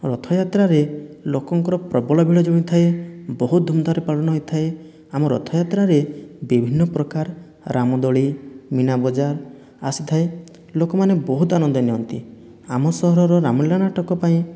ରଥଯାତ୍ରାରେ ଲୋକଙ୍କର ପ୍ରବଳ ଭିଡ଼ ଜମିଥାଏ ବହୁତ ଧୁମଧାମରେ ପାଳନ ହୋଇଥାଏ ଆମ ରଥଯାତ୍ରାରେ ବିଭିନ୍ନ ପ୍ରକାର ରାମଦୋଳି ମୀନାବଜାର ଆସିଥାଏ ଲୋକମାନେ ବହୁତ ଆନନ୍ଦ ନିଅନ୍ତି ଆମ ସହରର ରାମଳୀଳା ନାଟକ ପାଇଁ